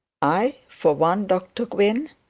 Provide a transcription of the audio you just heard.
i, for one, dr gwynne